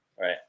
Right